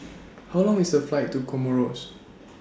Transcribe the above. How Long IS The Flight to Comoros